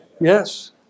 Yes